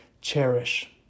cherish